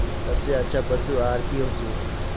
सबसे अच्छा पशु आहार की होचए?